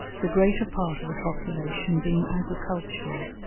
the greater part of the population being agricultural.